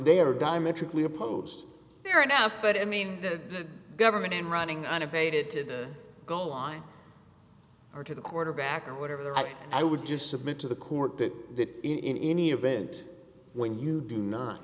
they are diametrically opposed they are now but i mean the government in running unabated to the goal line or to the quarterback or whatever the right i would just submit to the court that in any event when you do not